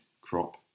crop